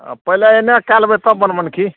पहिले एन्ने कै लेबै तब बनमनखी